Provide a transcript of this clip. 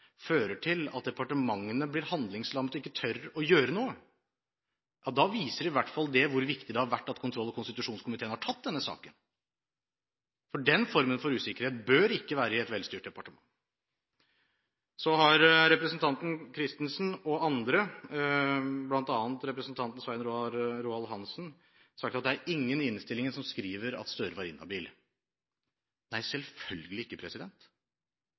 fører til at departementene blir handlingslammede og ikke tør å gjøre noe, da viser i hvert fall det hvor viktig det har vært at kontroll- og konstitusjonskomiteen har tatt denne saken. Den formen for usikkerhet bør ikke være i et velstyrt departementet. Representanten Christensen og andre, bl.a. representanten Svein Roald Hansen, har sagt at det er ingen i innstillingen som skriver at Gahr Støre var inhabil. Nei, selvfølgelig ikke!